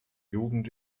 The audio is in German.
jugend